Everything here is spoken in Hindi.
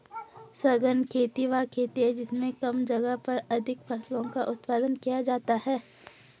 सघन खेती वह खेती है जिसमें कम जगह पर अधिक फसलों का उत्पादन किया जाता है